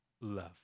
love